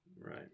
Right